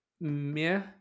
meh